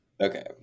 Okay